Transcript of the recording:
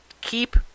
keep